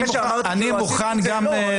אחרי שאמרתי שלא עשיתי את זה?